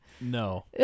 No